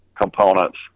components